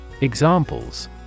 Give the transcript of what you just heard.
Examples